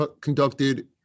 conducted